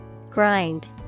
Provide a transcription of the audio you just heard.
Grind